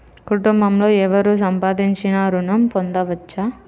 కుటుంబంలో ఎవరు సంపాదించినా ఋణం పొందవచ్చా?